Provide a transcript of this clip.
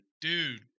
Dude